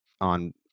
on